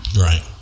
right